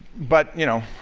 but, you know,